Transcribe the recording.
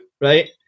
right